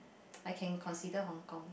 I can consider Hong-Kong